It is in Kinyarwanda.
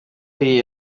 iyi